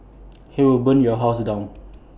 he will burn your house down